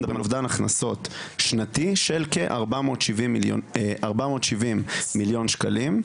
מדברים על אובן הכנסות שנתי של כ-470 מיליון שקלים.